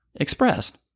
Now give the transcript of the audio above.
expressed